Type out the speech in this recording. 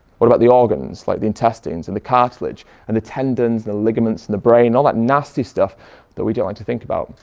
what about the organs, like the intestines and the cartilage and the tendons and the ligaments and the brain, all that nasty stuff that we don't like to think about?